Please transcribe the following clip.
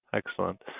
excellent.